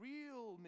Real